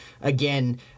again